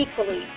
equally